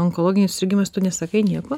onkologinis susirgimas tu nesakai nieko